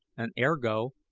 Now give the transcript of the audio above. and, ergo,